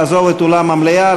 לעזוב את אולם המליאה,